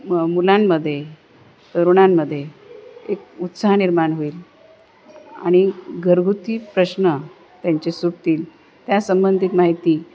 मुलांमध्ये तरुणांमध्ये एक उत्साह निर्माण होईल आणि घरगुती प्रश्न त्यांचे सुटतील त्या संबंधित माहिती